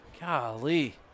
Golly